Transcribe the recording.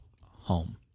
home